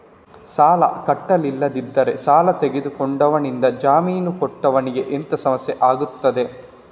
ಸಾಲ ಕಟ್ಟಿಲ್ಲದಿದ್ದರೆ ಸಾಲ ತೆಗೆದುಕೊಂಡವನಿಂದ ಜಾಮೀನು ಕೊಟ್ಟವನಿಗೆ ಎಂತ ಸಮಸ್ಯೆ ಆಗ್ತದೆ?